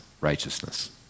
righteousness